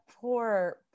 Poor